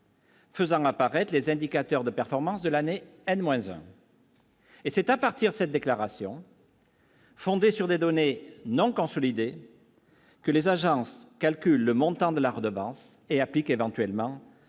Faisant apparaître les indicateurs de performance de l'année, un oiseau. Et c'est à partir de cette déclaration. Fondée sur des données non consolidées. Que les agences calcule le montant de la redevance et applique éventuellement